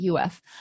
UF